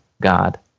God